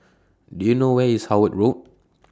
Do YOU know Where IS Howard Road